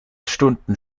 stunden